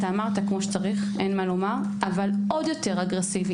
אמרת כפי שצריך, אבל עוד יותר אגרסיבי.